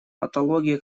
патология